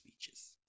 speeches